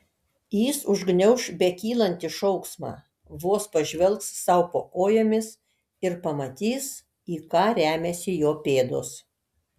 jis užgniauš bekylantį šauksmą vos pažvelgs sau po kojomis ir pamatys į ką remiasi jo pėdos